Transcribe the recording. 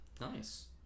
nice